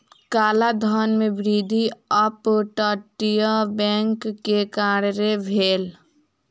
काला धन में वृद्धि अप तटीय बैंक के कारणें भेल